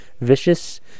vicious